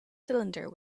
cylinder